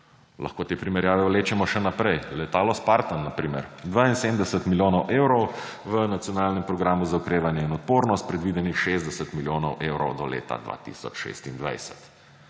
Lahko te primerjave vlečemo še naprej. Letalo spartan na primer 72 milijonov evrov, v Nacionalnem programu za okrevanje in odpornost predvidenih 60 milijonov evrov do leta 2026.